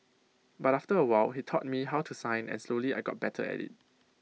but after A while he taught me how to sign and slowly I got better A